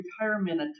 retirement